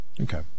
okay